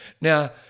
Now